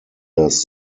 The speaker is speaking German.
das